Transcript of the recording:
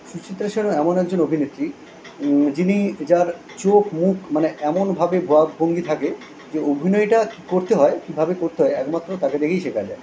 সুচিত্রা সেনও এমন একজন অভিনেত্রী যিনি যার চোখ মুখ মানে এমনভাবে ভাবভঙ্গি থাকে যে অভিনয়টা করতে হয় কীভাবে করতে হয় একমাত্র তাকে দেখেই শেখা যায়